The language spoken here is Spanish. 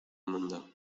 mundo